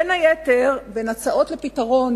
בין ההצעות לפתרון,